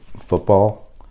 football